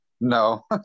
no